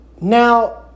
Now